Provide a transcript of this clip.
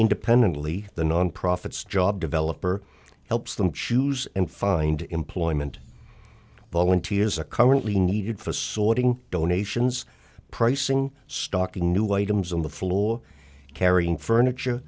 independently the non profits job developer helps them choose and find employment volunteers a currently needed to sorting donations pricing stocking new items on the floor carrying furniture